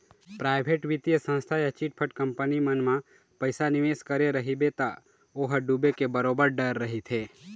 private बित्तीय संस्था या चिटफंड कंपनी मन म पइसा निवेस करे रहिबे त ओ ह डूबे के बरोबर डर रहिथे